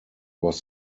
was